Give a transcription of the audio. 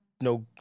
no